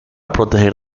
proteger